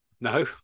no